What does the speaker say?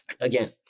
again